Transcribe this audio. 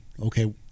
okay